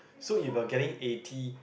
so if you're getting eighty